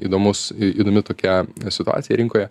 įdomus į įdomi tokia situacija rinkoje